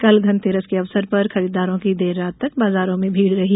कल धनतेरस के अवसर पर खरीदारों की देर रात तक बाजारों में भीड रही